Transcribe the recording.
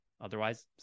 Otherwise